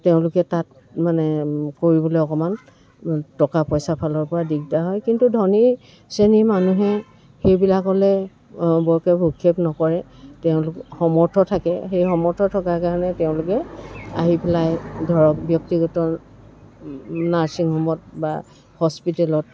তেওঁলোকে তাত মানে কৰিবলৈ অকণমান টকা পইচাৰ ফালৰ পৰা দিগদাৰ হয় কিন্তু ধনী শ্ৰেণীৰ মানুহে সেইবিলাকলৈ বৰকৈ ভ্ৰূক্ষেপ নকৰে তেওঁলোক সমৰ্থ থাকে সেই সমৰ্থ থকাৰ কাৰণে তেওঁলোকে আহি পেলাই ধৰক ব্যক্তিগত নাৰ্চিং হোমত বা হস্পিটেলত